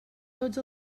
tots